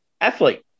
athlete